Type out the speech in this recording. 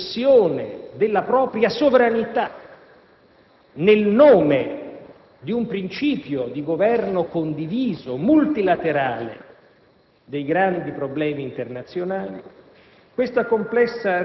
una rinuncia o una cessione della propria sovranità nel nome di un principio di governo condiviso, multilaterale,